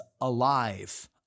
alive